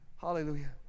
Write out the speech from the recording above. Hallelujah